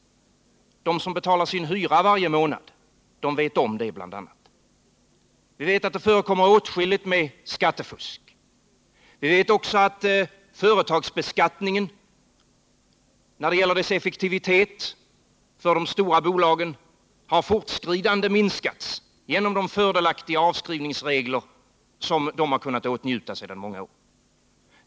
a. de som betalar sin hyra varje månad vet om det. Vi vet att det förekommer åtskilligt med skattefusk. Vi vet också att företagsbeskattningens effektivitet när det gäller de stora bolagen har minskat fortskridande genom de fördelaktiga avskrivningsregler som dessa har kunnat åtnjuta sedan många år.